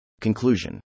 Conclusion